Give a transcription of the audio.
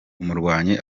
umurwayi